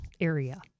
area